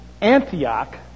Antioch